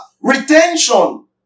retention